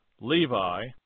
Levi